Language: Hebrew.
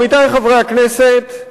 עמיתי חברי הכנסת,